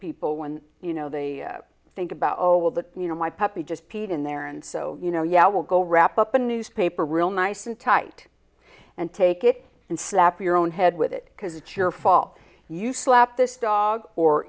people when you know they think about oh well that you know my puppy just peed in there and so you know yeah i will go wrap up a newspaper real nice and tight and take it and slap your own head with it because it's your fault you slap this dog or